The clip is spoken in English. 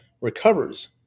recovers